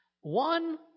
One